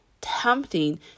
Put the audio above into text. tempting